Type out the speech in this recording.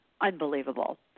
unbelievable